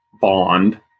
bond